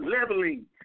leveling